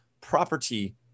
property